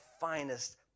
finest